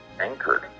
anchored